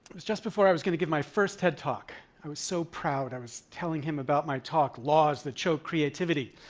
was just before i was going to give my first ted talk. i was so proud. i was telling him about my talk, laws that choke creativity.